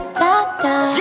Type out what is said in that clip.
doctor